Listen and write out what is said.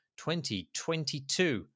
2022